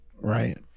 Right